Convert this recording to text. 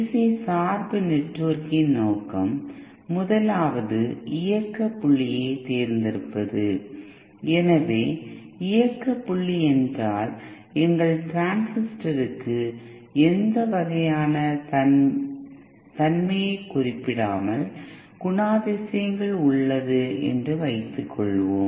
C சார்பு நெட்வொர்க்கின் நோக்கம் முதலாவது இயக்க புள்ளியை தேர்ந்தெடுப்பது எனவே இயக்க புள்ளி என்றால் எங்கள் டிரான்சிஸ்டருக்கு எந்த வகையான தன்மையைக் குறிப்பிடாமல் குணாதிசயங்கள் உள்ளன என்று வைத்துக்கொள்வோம்